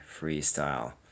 freestyle